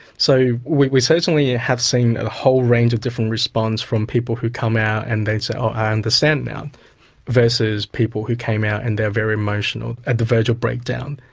so we we certainly have seen a whole range of different responses from people who come out and they say, oh, i understand now versus people who came out and they are very emotional, at the verge of breakdown.